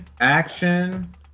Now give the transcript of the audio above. action